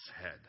head